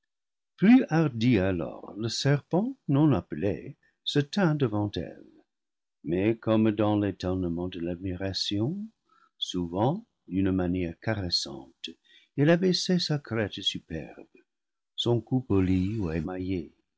plus hardi alors le serpent non appelé se tint devant eve mais comme dans l'étonnement de l'admiration souvent d'une manière caressante il abaissait sa crête superbe son cou poli ou émaillé